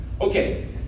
Okay